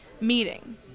meeting